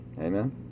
amen